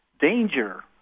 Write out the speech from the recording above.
danger